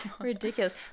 Ridiculous